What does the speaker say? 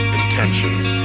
intentions